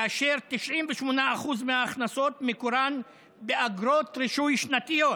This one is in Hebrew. ו-98% מההכנסות מקורם באגרות רישוי שנתיות.